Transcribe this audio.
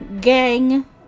gang